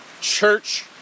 church